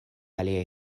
aliaj